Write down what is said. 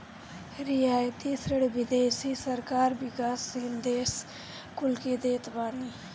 रियायती ऋण विदेशी सरकार विकासशील देस कुल के देत बानी